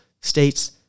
states